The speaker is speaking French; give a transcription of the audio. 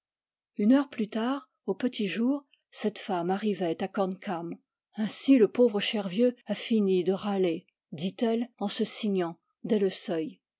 une heure plus tard au petit jour cette femme arrivait à corn cam ainsi le pauvre cher vieux a fini de râler dit-elle en se signant dès le seuil